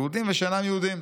יהודים ושאינם יהודים.